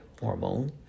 hormone